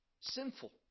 sinful